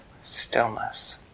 stillness